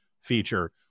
feature